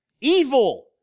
Evil